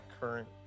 current